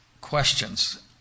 questions